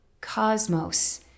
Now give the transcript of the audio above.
cosmos